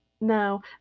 no